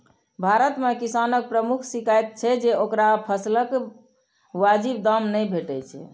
भारत मे किसानक प्रमुख शिकाइत छै जे ओकरा फसलक वाजिब दाम नै भेटै छै